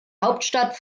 hauptstadt